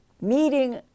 meeting